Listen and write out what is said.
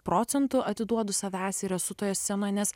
procentų atiduodu savęs ir esu toje scenoj nes